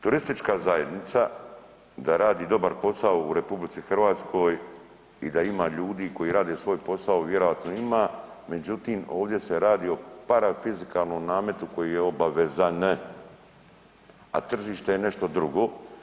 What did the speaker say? Turistička zajednica da radi dobar posao u RH i da ima ljudi koji rade svoj posao vjerojatno ima, međutim ovdje se radi o parafiskalnom nametu koji je obavezan, a tržište je nešto drugo.